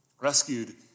rescued